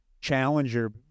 challenger